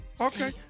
Okay